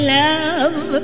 love